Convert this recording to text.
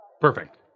perfect